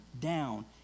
down